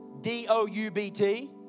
D-O-U-B-T